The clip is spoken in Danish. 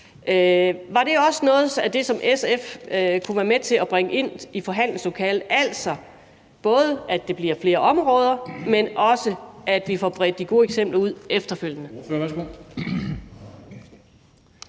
Var det også noget af det, som SF kunne være med til at bringe ind i forhandlingslokalet, altså både at det bliver flere områder, men også at vi får bredt de gode eksempler ud efterfølgende?